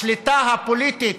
השליטה הפוליטית